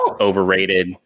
overrated